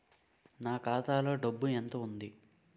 నా ఖాతాలో డబ్బు ఎంత ఉంది?